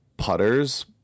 putters